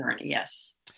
yes